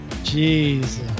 Jesus